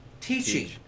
Teaching